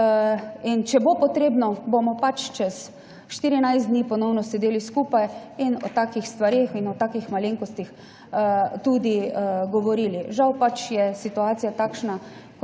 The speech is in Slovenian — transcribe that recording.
In če bo potrebno, bomo čez 14 dni ponovno sedeli skupaj in o takih stvareh in o takih malenkostih tudi govorili. Žal je situacija takšna,